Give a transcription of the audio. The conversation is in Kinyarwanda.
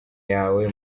yawe